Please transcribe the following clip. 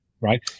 right